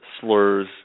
slurs